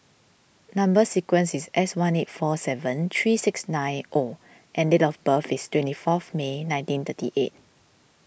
Number Sequence is S one eight four seven three six nine O and date of birth is twenty fourth May nineteen thirty eight